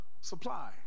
supply